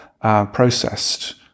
processed